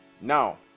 now